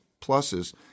pluses